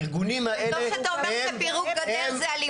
טוב שאתה אומר שפירוק גדר זה אלימות.